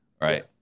right